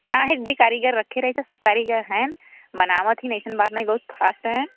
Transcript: नहीं दीदी कारीगर रखे रहित है सब कारीगर हैं बनावत हैं ऐसन बात नहीं है बहुत फास्ट हैं